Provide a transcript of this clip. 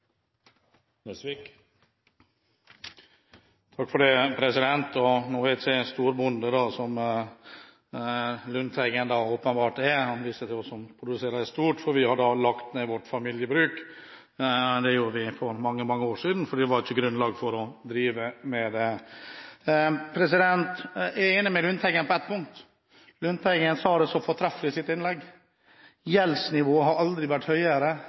jeg storbonde, som representanten Lundteigen åpenbart er – han viser til «oss» som produserer i stort – for vi har lagt ned vårt familiebruk. Det gjorde vi for mange, mange år siden, fordi det ikke var grunnlag for å drive med det. Jeg er enig med representanten Lundteigen på ett punkt – han sa det så fortreffelig i sitt innlegg: Gjeldsnivået har aldri vært høyere